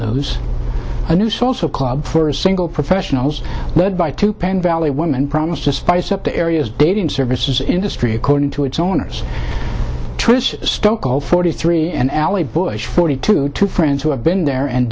news a new salsa club for a single professionals led by two penn valley women promised to spice up the area's dating services industry according to its owners stoeckel forty three and allie bush forty two two friends who have been there and